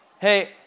Hey